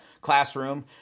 classroom